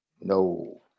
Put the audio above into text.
no